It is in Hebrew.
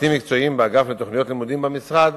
צוותים מקצועיים באגף לתוכניות לימודים במשרד